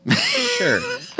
sure